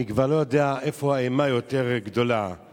אני כבר לא יודע איפה האימה גדולה יותר,